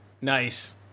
Nice